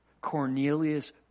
Cornelius